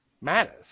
matters